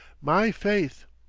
my faith!